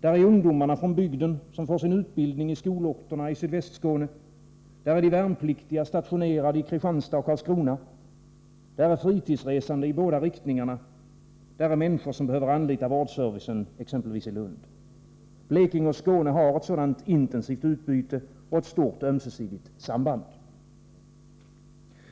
Där är ungdomarna från bygden, som får sin utbildning i skolorterna i Sydvästskåne, där är de värnpliktiga, stationerade i Kristianstad och Karlskrona, där är fritidsresande i båda riktningarna, där är människor som behöver anlita vårdservicen exempelvis i Lund. Blekinge och Skåne har ett sådant intensivt utbyte och ett stort ömsesidigt samband.